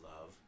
love